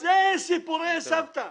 זה סיפורי סבתא.